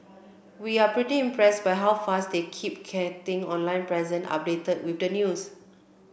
we're pretty impressed by how fast they're keeping their online presence updated with the news